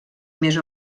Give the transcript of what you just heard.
més